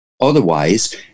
Otherwise